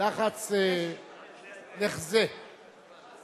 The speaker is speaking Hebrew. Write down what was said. מצביעה לאה נס, מצביעה סעיד נפאע,